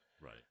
right